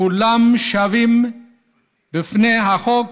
"כולם שווים בפני החוק